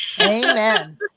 amen